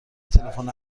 تلفن